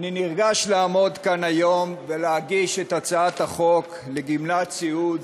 אני נרגש לעמוד כאן היום ולהגיש את הצעת החוק לגמלת סיעוד